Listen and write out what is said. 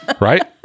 right